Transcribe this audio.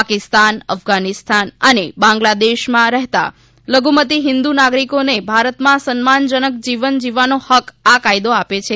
પાકિસ્તાન અફઘાનિસ્તાન અને બાંગ્લાદેશમાં રહેતા લધુમતી હિન્દુ નાગરિકોને ભારતમાં સન્માનજનક જીવન જીવવાનો હક આ કાયદો આપે છે